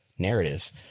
narrative